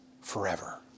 forever